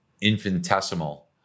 infinitesimal